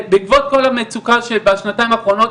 בעקבות כל המצוקה של השנתיים האחרונות,